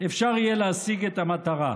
אפשר יהיה להשיג את המטרה.